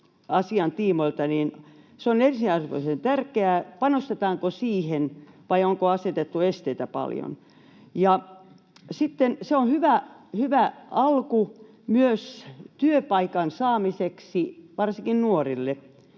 asian tiimoilta, on ensiarvoisen tärkeää — panostetaanko siihen vai onko asetettu esteitä paljon? Se on hyvä alku myös työpaikan saamiseksi varsinkin nuorille.